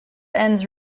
ends